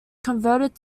converted